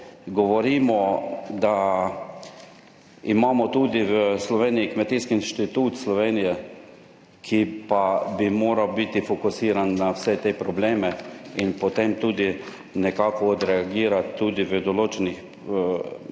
govorimo, da imamo tudi v Sloveniji Kmetijski inštitut Slovenije, ki pa bi moral biti fokusiran na vse te probleme in potem tudi nekako odreagirati tudi v določenih, bom rekel,